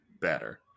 better